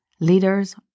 leaders